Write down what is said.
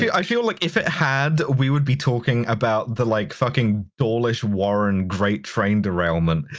i feel like if it had, we would be talking about the like fucking dawlish warren great train derailment,